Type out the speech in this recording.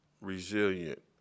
resilient